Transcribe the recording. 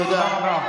תודה רבה.